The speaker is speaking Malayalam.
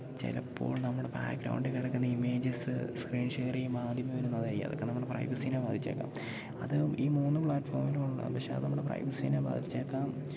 ചിലപ്പോൾ നമ്മുടെ ബാക്ക് ഗ്രൗണ്ടിൽ കിടക്കുന്ന ഇമേജസ് സ്ക്രീൻ ഷെയർ ചെയ്യുമ്പം ആദ്യമേ വരുന്നതായിരിക്കും അതൊക്കെ നമ്മുടെ പ്രൈവസീനെ ബാധിച്ചേക്കാം അത് ഈ മൂന്ന് പ്ലാറ്റ്ഫോമിലുമുള്ള പക്ഷെ അത് നമ്മുടെ പ്രൈവസീനെ ബാധിച്ചേക്കാം